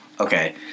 Okay